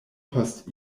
post